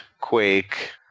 Quake